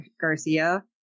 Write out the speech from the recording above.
Garcia